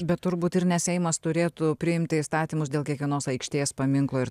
bet turbūt ir ne seimas turėtų priimti įstatymus dėl kiekvienos aikštės paminklo ir